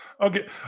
Okay